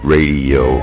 Radio